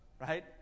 right